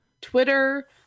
Twitter